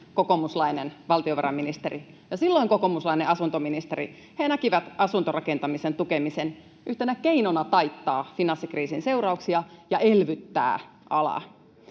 kokoomuslainen valtiovarainministeri ja silloin kokoomuslainen asuntoministeri näkivät asuntorakentamisen tukemisen yhtenä keinona taittaa finanssikriisin seurauksia ja elvyttää alaa.